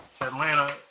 Atlanta